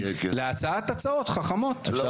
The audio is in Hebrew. להצעת הצעות חכמות.